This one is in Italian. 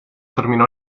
terminò